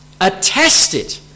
attested